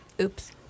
Oops